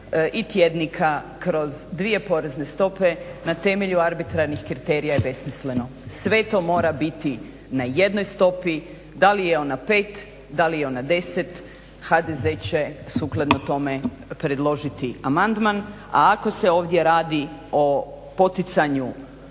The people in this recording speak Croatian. i tjednika kroz dvije porezne stope na temelju arbitrarnih kriterija je besmisleno. Sve to mora biti na jednoj stopi da li je ona pet, da li je ona 10, HDZ će sukladno tome predložiti amandman. A ako se ovdje radi o poticanju